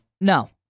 No